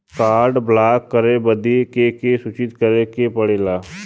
Card block करे बदी के के सूचित करें के पड़ेला?